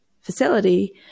facility